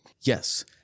Yes